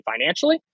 financially